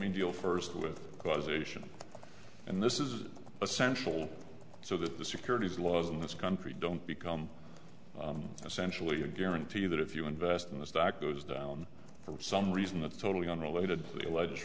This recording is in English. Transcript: me deal first with causation and this is essential so that the securities laws in this country don't become essentially a guarantee that if you invest in the stock goes down for some reason that's totally unrelated to the alleged